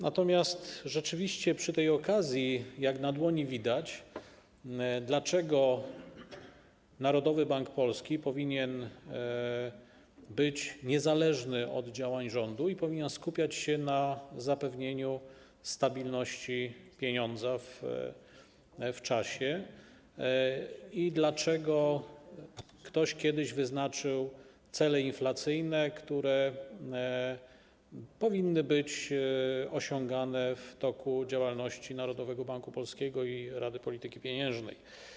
Natomiast rzeczywiście przy tej okazji widać jak na dłoni, dlaczego Narodowy Bank Polski powinien być niezależny od działań rządu, dlaczego powinien skupiać się na zapewnieniu stabilności pieniądza w czasie i dlaczego ktoś kiedyś wyznaczył cele inflacyjne, które powinny być osiągane w toku działalności Narodowego Banku Polskiego i Rady Polityki Pieniężnej.